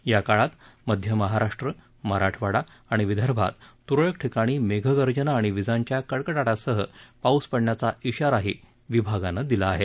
या काळात मध्य महाराष्ट्र मराठवाडा आणि विदर्भात तुरळक ठिकाणी मेघगर्जना आणि विजांच्या कडकडाटासह पाऊस पडण्याचा खााराही विभागानं दिला आहे